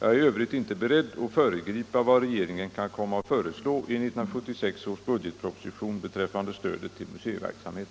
Jag är i övrigt inte beredd att föregripa vad regeringen kan komma att föreslå i 1976 års budgetproposition beträffande stödet till museiverksamhet.